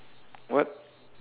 what